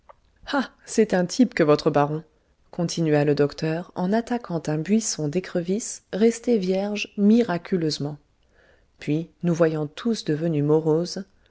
ah c'est un type que votre baron continua le docteur en attaquant un buisson d'écrevisses resté vierge miraculeusement puis nous voyant tous devenus moroses